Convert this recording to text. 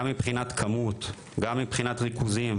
גם מבחינת כמות, גם מבחינת ריכוזים